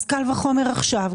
אז קל וחומר עכשיו.